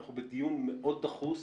אנחנו בדיון מאוד דחוס.